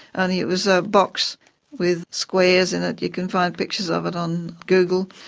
only it was a box with squares in it, you can find pictures of it on google,